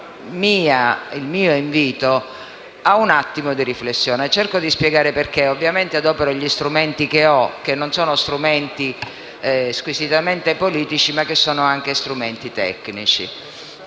il mio invito ad un attimo di riflessione. Cerco di spiegare perché ed ovviamente adopero gli strumenti che ho, che non sono strumenti squisitamente politici, ma sono anche strumenti tecnici.